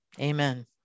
Amen